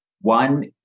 One